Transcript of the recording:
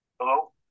Hello